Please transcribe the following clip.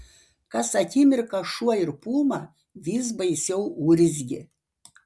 kas akimirką šuo ir puma vis baisiau urzgė